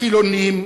חילונים,